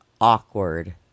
awkward